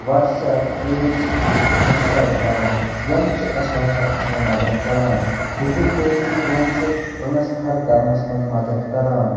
WhatsApp Facebook Instagram یِم چھِ اَسہِ وارِہو قٕسمو مدتھ کران گوٗگٕل پے چھِ پرٛونٛسہٕ ٹرٛانسفَر کرنَس منٛز مَدتھ کران